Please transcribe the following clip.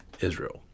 Israel